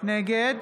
נגד